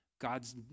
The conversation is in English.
God's